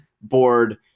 board